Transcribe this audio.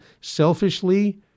selfishly